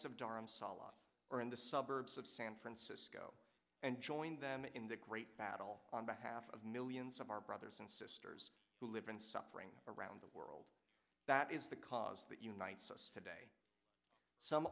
dharamsala or in the suburbs of san francisco and join them in the great battle on behalf of millions of our brothers and sisters who live in suffering around the world that is the cause that unites us today some